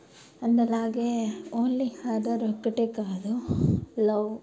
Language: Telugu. అండ్ అలాగే ఓన్లీ హర్రర్ ఒక్కటే కాదు లవ్